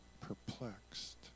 perplexed